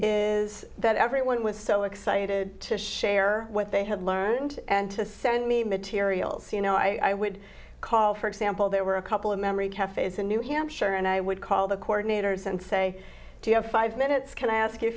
is that everyone was so excited to share what they had learned and to send me materials you know i would call for example there were a couple of memory cafes in new hampshire and i would call the coordinators and say do you have five minutes can i ask you a